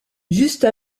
juste